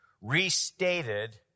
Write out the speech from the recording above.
restated